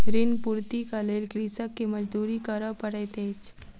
ऋण पूर्तीक लेल कृषक के मजदूरी करअ पड़ैत अछि